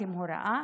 קיבלתם הוראה?